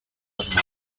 asmorik